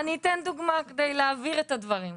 אני אתן דוגמה כדי להבהיר את הדברים.